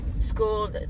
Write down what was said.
school